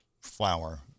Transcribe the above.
flower